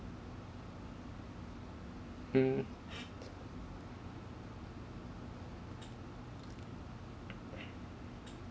mm